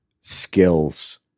skills